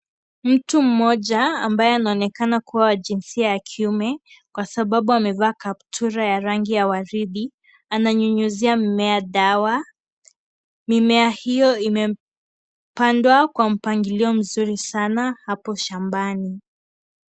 Mtu mmoja ambaye anaonekana kuwa wa njisia ya kiume kwa sababu amevaa kaptura ya rangi ya waridi ananyunyuzia mimea dawa, mimea hiyo imepandwa kwa mpangilio mzuri sana hapo shambani.